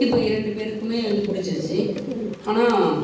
இப்போ இரண்டு பேருக்கும் வந்து பிடிச்சிருச்சி ஆனால்